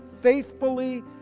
faithfully